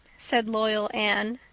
said loyal anne.